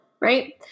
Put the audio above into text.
right